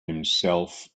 himself